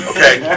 Okay